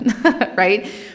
right